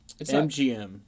MGM